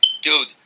dude